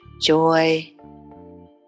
joy